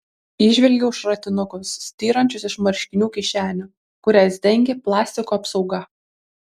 įžvelgiau šratinukus styrančius iš marškinių kišenių kurias dengė plastiko apsauga